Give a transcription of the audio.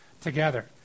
together